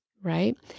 right